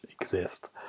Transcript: exist